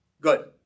Good